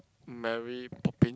Mary Poppin